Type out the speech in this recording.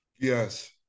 Yes